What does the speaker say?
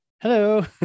Hello